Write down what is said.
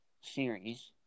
series